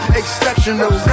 exceptional